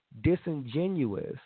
disingenuous